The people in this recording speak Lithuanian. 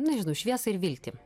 nežinau šviesą ir viltį